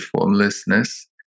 formlessness